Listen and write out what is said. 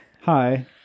Hi